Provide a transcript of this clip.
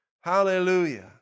Hallelujah